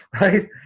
right